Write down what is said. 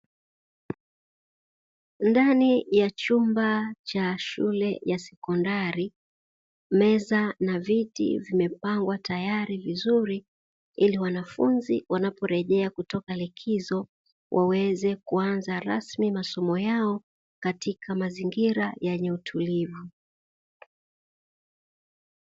Ndani ya chumba cha shule ya sekondari meza na viti vimepangwa tayari vizuri ili wanafunzi wanaporejea kutoka likizo, waweze kuanza rasmi masomo yao katika mazingira yenye utulivu.